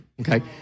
okay